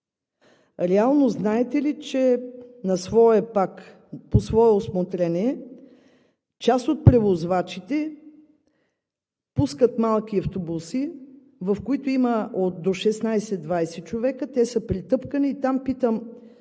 Реално знаете ли, че по свое усмотрение част от превозвачите пускат малки автобуси, в които има от 16 до 20 човека, те са претъпкани. Там питам: